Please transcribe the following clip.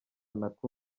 nako